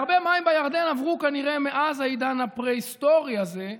הרבה מים בירדן עברו כנראה מאז העידן הפרה-היסטורי הזה.